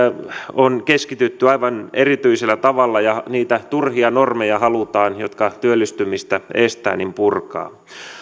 on keskitytty aivan erityisellä tavalla ja niitä turhia normeja halutaan jotka työllistymistä estävät purkaa